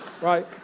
Right